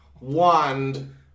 Wand